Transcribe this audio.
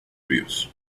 ríos